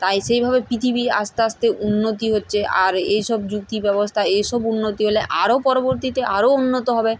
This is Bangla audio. তাই সেইভাবে পৃথিবী আস্তে আস্তে উন্নতি হচ্ছে আর এই সব যুক্তি ব্যবস্থা এই সব উন্নতি হলে আরও পরবর্তীতে আরও উন্নত হবে